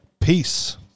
peace